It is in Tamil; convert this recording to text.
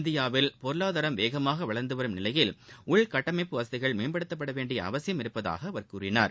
இந்தியாவில் பொருளாதாரம் வேகமாக வளர்ந்து வரும் நிலையில் உள்கட்டமைப்பு வசதிகள் மேம்படுத்தப்பட வேண்டிய அவசியம் இருப்பதாக அவர் கூறினார்